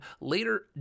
later